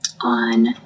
on